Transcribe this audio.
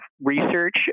research